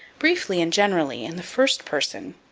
briefly and generally, in the first person,